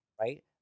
right